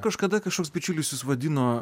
kažkada kažkoks bičiulis jus vadino